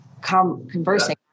conversing